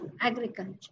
agriculture